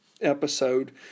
episode